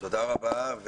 תודה רבה.